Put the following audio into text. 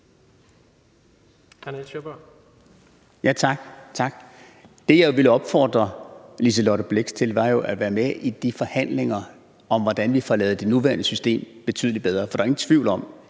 Det, jeg vil opfordre Liselott Blixt til, er jo at være med i de forhandlinger om, hvordan vi får lavet det nuværende system betydelig bedre. For der er ingen tvivl om,